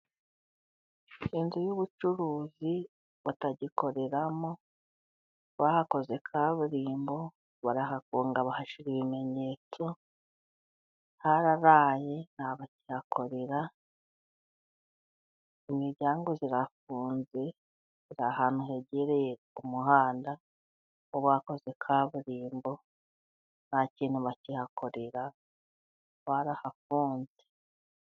inzu y'ubucuruzi batagikoreramo, bahakoze kaburimbo ,barahafunga bahashyira ibimenyetso, hararaye ntabwo bakihakorera ,imiryango irafuzwe, hari ahantu hegereye umuhanda ho bakoze kaburimbo nta kintu bakihakorera barahafunze.